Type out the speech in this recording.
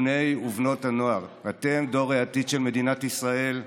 בני ובנות הנוער: אתם דור העתיד של מדינת ישראל.